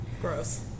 Gross